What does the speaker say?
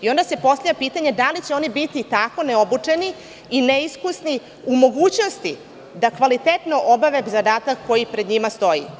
Onda se postavlja pitanje – da li će oni biti tako neobučeni i neiskusni u mogućnosti da kvalitetno obave zadatak koji pred njima stoji.